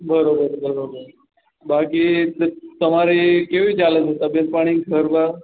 બરાબર બરાબર બાકી શેઠ તમારે કેવી ચાલે છે તબિયત પાણી ઘર બાર